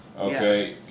Okay